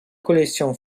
collection